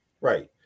right